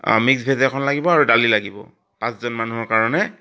আৰু mix veg এখন লাগিব আৰু দালি লাগিব পাঁচজন মানুহৰ কাৰণে